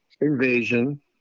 invasion